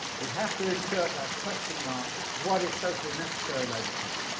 we have to insert that question mark what is socially necessary labour-time?